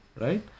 right